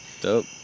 dope